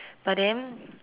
but then